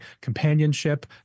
companionship